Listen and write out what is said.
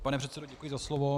Pane předsedo, děkuji za slovo.